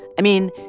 i mean,